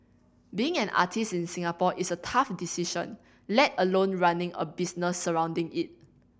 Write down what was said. being an artist in Singapore is a tough decision let alone running a business surrounding it